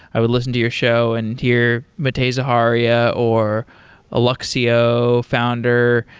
i would listen to your show and hear matei zaharia, or alexio founder,